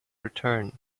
return